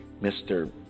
Mr